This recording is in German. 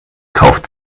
kauft